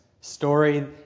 story